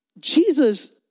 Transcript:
Jesus